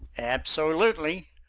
absolutely!